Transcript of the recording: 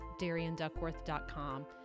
DarianDuckworth.com